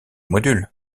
modules